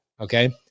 okay